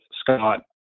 Scott